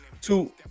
two